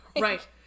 Right